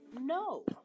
no